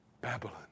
Babylon